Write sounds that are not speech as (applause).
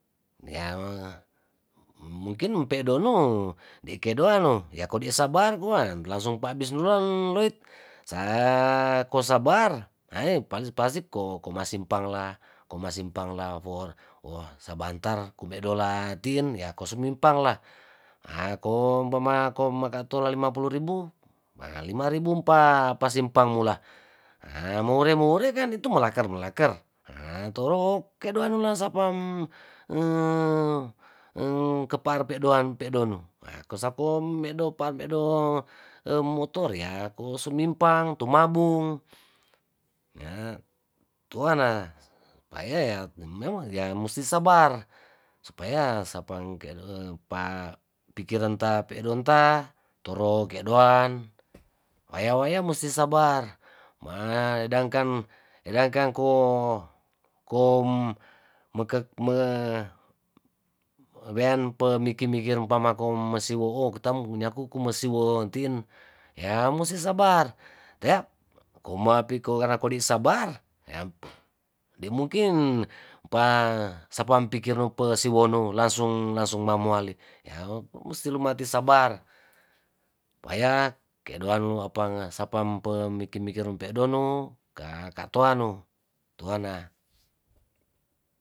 Nea mungkin empe' donung di' kodeanung ya kodi'a sabar kumaan langsung pa' bis nurulang luit, saa ko sabar aee pas pasti ko komasimpang la, komasimpang la for ohhh sabantar kube' dola tin ya kusumempang lah (hesitation) umpama ko makatola lima puluh ribu, ma lima ribu mpa pasimpang mula ahh moure muore kan itu melaker melaker ahh torok ke'duane lasapam (hesitation) kepar peduan pedon ko sako medo par medo (hesitation) motor ya ko sumimpang tumabung (hesitation) tuana payayat ya memang ya musti sabar supaya sapangke pa pikiran ta pedonta toro ke' doan waya waya musti sabar ma sedangkan sedangkan ko ko meke'ke weang pe mikir mikir umpama masih wo'o kitam punyaku masih wo'o tin ya musti sabar tea koma piku' karna kode' sabar yampu de mungkin pa sampa pikir no si wonu langsung langsung mamuale ya musti lumati sabar paya ke'doan lo apa sapam mpe mikir mikir mpe'donu ka ka'toanu toana.